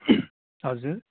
हजुर